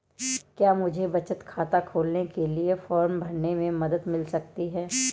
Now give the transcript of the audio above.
क्या मुझे बचत खाता खोलने के लिए फॉर्म भरने में मदद मिल सकती है?